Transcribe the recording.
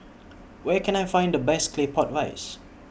Where Can I Find The Best Claypot Rice